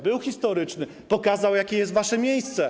Był historyczny, pokazał, gdzie jest wasze miejsce.